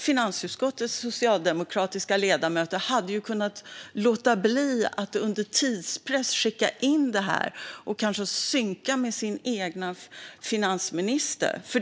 Finansutskottets socialdemokratiska ledamöter hade kunnat låta bli att under tidspress skicka in ett förslag och i stället synkat med sin egen finansminister.